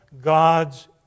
God's